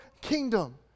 kingdom